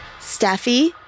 Steffi